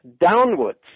downwards